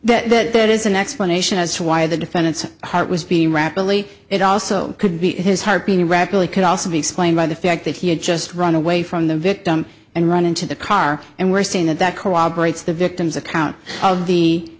and that that is an explanation as to why the defendant's heart was beating rapidly it also could be his heart being rapidly could also be explained by the fact that he had just run away from the victim and run into the car and we're seeing that that corroborates the victim's account of the